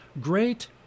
great